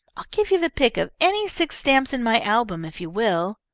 i'll give you the pick of any six stamps in my album if you will.